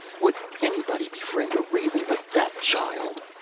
would anybody befriend a raven but that child?